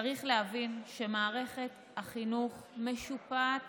צריך להבין שמערכת החינוך משופעת